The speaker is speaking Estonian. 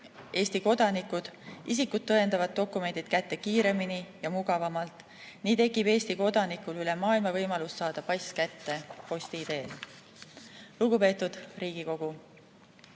Eesti kodanikud isikut tõendavad dokumendid kätte kiiremini ja mugavamalt. Nii tekib Eesti kodanikul üle maailma võimalus saada pass kätte posti teel. Lugupeetud Riigikogu!